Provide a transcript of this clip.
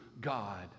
God